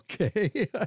Okay